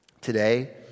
today